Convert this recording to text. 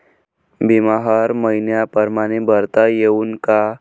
बिमा हर मइन्या परमाने भरता येऊन का?